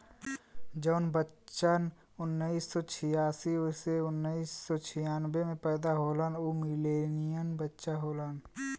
जौन बच्चन उन्नीस सौ छियासी से उन्नीस सौ छियानबे मे पैदा होलन उ मिलेनियन बच्चा होलन